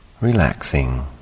relaxing